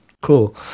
cool